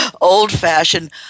old-fashioned